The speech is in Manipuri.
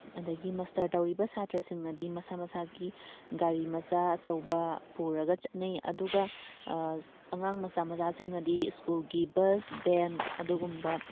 ꯑꯗꯒꯤ ꯃꯁꯇꯔ ꯇꯧꯔꯤꯕ ꯁꯥꯇ꯭ꯔꯁꯤꯡꯅꯗꯤ ꯃꯁꯥ ꯃꯁꯥꯒꯤ ꯒꯥꯔꯤ ꯃꯆꯥ ꯑꯆꯧꯕ ꯄꯨꯔꯒ ꯆꯠꯅꯩ ꯑꯗꯨꯒ ꯑꯉꯥꯡ ꯃꯆꯥ ꯃꯆꯥꯁꯤꯡꯅꯗꯤ ꯁ꯭ꯀꯨꯜꯒꯤ ꯕꯁ ꯚꯦꯟ ꯑꯗꯨꯒꯨꯝꯕ